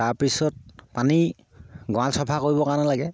তাৰপিছত পানী গঁৰাল চফা কৰিবৰ কাৰণে লাগে